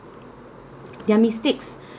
their mistakes